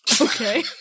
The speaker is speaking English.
Okay